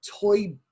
toy